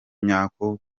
nyako